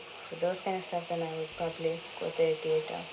for those kind of stuff then I probably go to a theatre